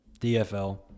dfl